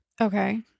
Okay